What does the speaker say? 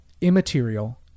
immaterial